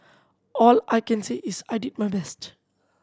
all I can say is I did my best